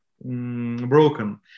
Broken